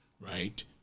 right